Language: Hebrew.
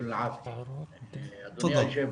אדוני היושב-ראש,